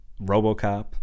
Robocop